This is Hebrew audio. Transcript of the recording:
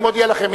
אני מודיע לכם,